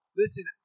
listen